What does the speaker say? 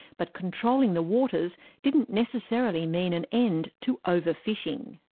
but controlling the waters didn't necessarily mean an end to overfishing.